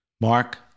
Mark